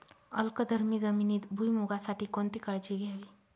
अल्कधर्मी जमिनीत भुईमूगासाठी कोणती काळजी घ्यावी?